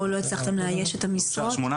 או לא הצלחתם לאייש את המשרות?